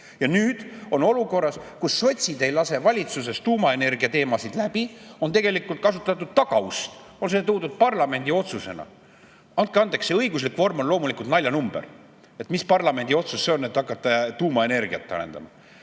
nüüd olukorras, kus sotsid ei lase valitsuses tuumaenergia teemasid läbi, on tegelikult kasutatud tagaust, on see toodud parlamendi otsusena. Andke andeks, see õiguslik vorm on loomulikult naljanumber! Mis parlamendi otsus see on, et hakata tuumaenergiat arendama!?